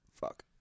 fuck